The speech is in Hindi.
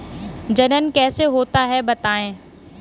जनन कैसे होता है बताएँ?